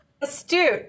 Astute